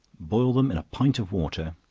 boil them in a pint of water,